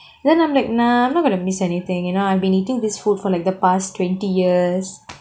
then I'm like nah I'm not gonna miss anything you know I've been eating this food for like the past twenty years